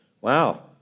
Wow